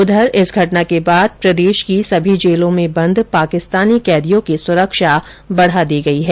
उधर इस घटना के बाद प्रदेश की सभी जेलों में बंद पाकिस्तानी कैदियों की सुरक्षा बढ़ा दी गई है